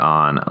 on